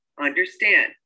understand